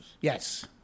Yes